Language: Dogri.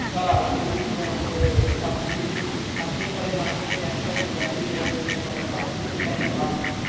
घर आह्ले बी दुखी होन ते आपूं बी अक्खियें च परेशानी होई जंदी ऐनक लग्गी जंदी फ्ही इ'यां मतलब कोई भर्थी दिक्खन गै जंदा